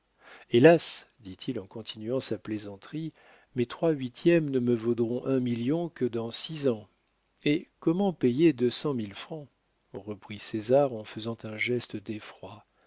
hélas dit-il en continuant sa plaisanterie mes trois huitièmes ne me vaudront un million que dans six ans et comment payer deux cent mille francs reprit césar en faisant un geste d'effroi